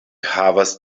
havas